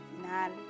final